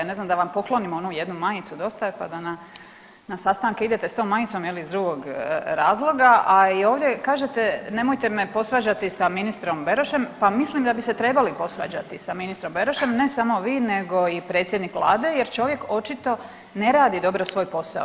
Ne znam, da vam poklonim onu jednu majicu Dosta je! pa da na sastanke idete s tom majicom ili iz drugog razloga a i ovdje kažete nemojte me posvađati sa ministrom Berošem, pa mislim da bi se trebali posvađati sa ministrom Berošem, ne samo vi nego i predsjednik Vlade jer čovjek očito ne radi dobro svoj posao.